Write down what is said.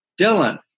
Dylan